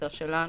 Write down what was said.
בתפיסה שלנו,